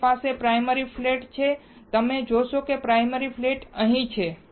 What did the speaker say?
મારી પાસે primary flat હશે તમે જોશો પ્રાયમરી ફ્લેટ અહીં છે